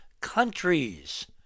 countries